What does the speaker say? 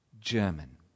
German